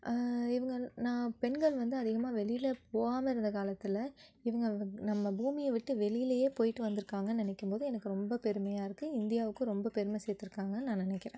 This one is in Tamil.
இவங்க பெண்கள் வந்து அதிகமாக வெளியில் போகாமல் இருந்த காலத்தில் இவங்க நம்ம பூமியை விட்டு வெளிலேயே போய்விட்டு வந்திருக்காங்கன்னு நினைக்கும் போது எனக்கு ரொம்ப பெருமையாக இருக்கு இந்தியாவுக்கும் ரொம்ப பெருமை சேர்த்துருக்காங்கன்னு நான் நினைக்கிறேன்